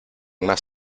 más